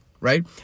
right